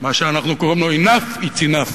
מה שאנחנו קוראים לו enough is enough.